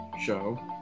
show